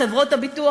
חברות הביטוח,